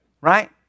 Right